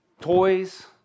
toys